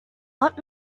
what